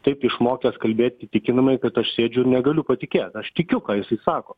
taip išmokęs kalbėt įtikinamai kad aš sėdžiu ir negaliu patikėt aš tikiu ką jisai sako